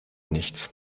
nichts